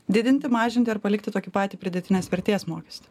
didinti mažinti ar palikti tokį patį pridėtinės vertės mokestį